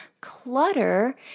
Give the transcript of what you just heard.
clutter